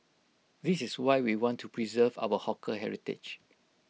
this is why we want to preserve our hawker heritage